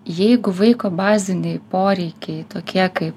jeigu vaiko baziniai poreikiai tokie kaip